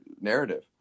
narrative